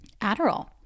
adderall